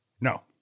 No